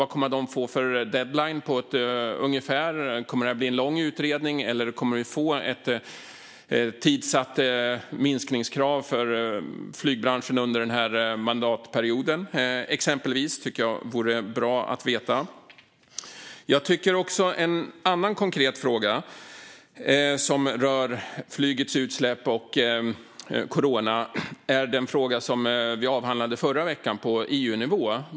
Vad kommer den att få för deadline, på ett ungefär? Kommer det att bli en långvarig utredning, eller kommer vi att få ett tidssatt minskningskrav för flygbranschen under den här mandatperioden? Exempelvis detta tycker jag vore bra att veta. En annan konkret fråga som rör flygets utsläpp och corona är den fråga som vi avhandlade förra veckan på EU-nivå.